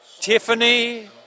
Tiffany